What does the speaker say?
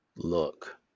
Look